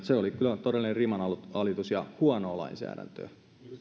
se oli kyllä todellinen rimanalitus ja huonoa lainsäädäntöä